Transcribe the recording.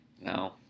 No